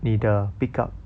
你的 pick up